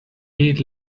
heat